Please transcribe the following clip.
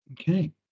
Okay